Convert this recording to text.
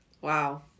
wow